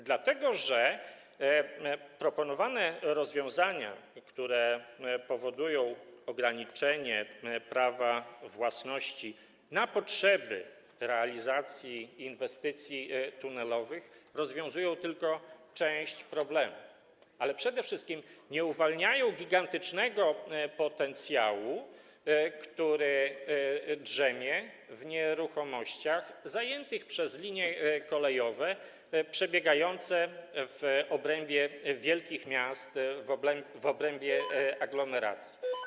Dlatego że proponowane rozwiązania, które powodują ograniczenie prawa własności na potrzeby realizacji inwestycji tunelowych, rozwiązują tylko część problemów, ale przede wszystkim nie uwalniają gigantycznego potencjału, który drzemie w nieruchomościach zajętych przez linie kolejowe przebiegające w obrębie wielkich miast, w obrębie aglomeracji.